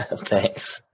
Thanks